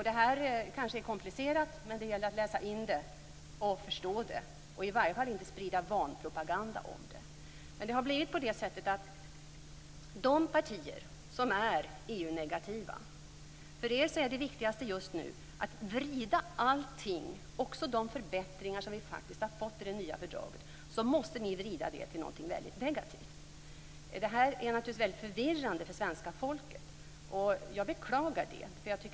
Det här kanske är komplicerat, men det gäller att läsa in det och förstå det, i varje fall inte sprida vanpropaganda om det. Men för de partier som är EU negativa är det viktigaste just nu att vrida allting - också de förbättringar som vi har fått i det nya fördraget - till någonting väldigt negativt. Det är naturligtvis förvirrande för svenska folket, och jag beklagar det.